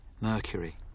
Mercury